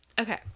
okay